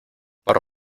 por